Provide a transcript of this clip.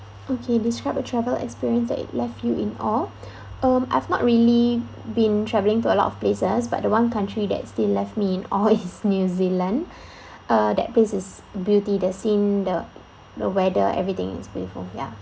okay describe the travel experience that left you in awe um I've not really been traveling to a lot of places but the one country that still left me in awe is new zealand uh that place is beauty the scene the the weather everything is very beautiful ya